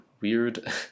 weird